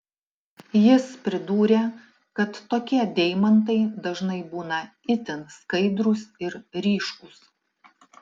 jis pridūrė kad tokie deimantai dažnai būna itin skaidrūs ir ryškūs